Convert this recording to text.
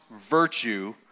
virtue